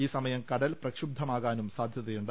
ഈ സമയം കടൽ പ്രക്ഷുബ്സമാകാനും സാധ്യതയുണ്ട്